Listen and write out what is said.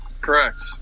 Correct